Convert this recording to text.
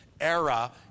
era